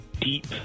deep